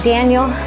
Daniel